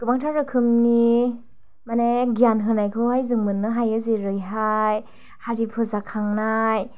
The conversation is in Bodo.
गोबांथा रोखोमनि माने गियान होनायखौहाय जों मोननो हायो जेरैहाय हारि फोजाखांनाय